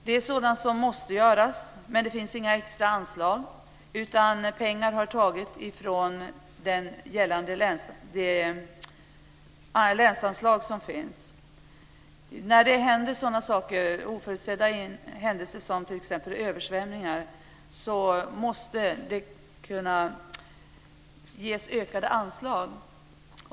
Detta är sådant som måste göras, men det finns inga extra anslag till det, utan man har fått ta pengar från de ordinarie länsanslagen. När oförutsedda händelser som översvämningar inträffar måste man kunna bevilja ökade anslag.